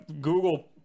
Google